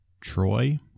Troy